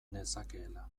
nezakeela